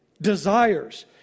desires